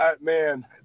man